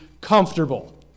comfortable